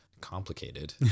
complicated